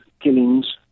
killings